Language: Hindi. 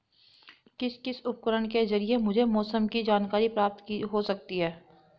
किस किस उपकरण के ज़रिए मुझे मौसम की जानकारी प्राप्त हो सकती है?